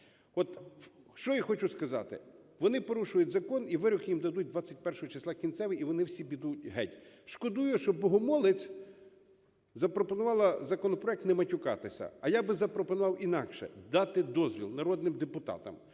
От що я хочу сказати, вони порушують закон, і вирок їм дадуть 21 числа кінцевий, і вони всі підуть геть. Шкодую, що Богомолець запропонувала законопроект "не матюкатися". А я би запропонував інакше: дати дозвіл народним депутатам